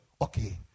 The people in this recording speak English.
okay